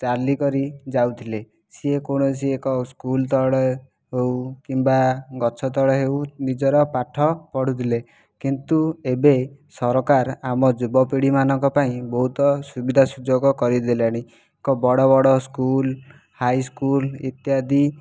ଚାଲିକରି ଯାଉଥିଲେ ସେ କୌଣସି ଏକ ସ୍କୁଲ୍ ତଳେ ହେଉ କିମ୍ବା ଗଛ ତଳେ ହେଉ ନିଜର ପାଠ ପଢ଼ୁଥିଲେ କିନ୍ତୁ ଏବେ ସରକାର ଆମ ଯୁବପିଢ଼ିମାନଙ୍କ ପାଇଁ ବହୁତ ସୁବିଧା ସୁଯୋଗ କରିଦେଲେଣି ଏକ ବଡ଼ ବଡ଼ ସ୍କୁଲ୍ ହାଇ ସ୍କୁଲ୍ ଇତ୍ୟାଦି